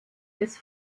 des